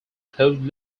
closed